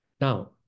Now